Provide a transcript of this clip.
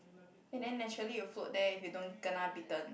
and then naturally you will float there if you don't kena bitten